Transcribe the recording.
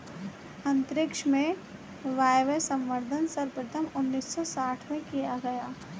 अंतरिक्ष में वायवसंवर्धन सर्वप्रथम उन्नीस सौ साठ में किया गया